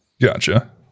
Gotcha